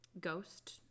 ghost